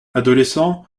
adolescents